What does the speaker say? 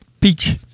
Peach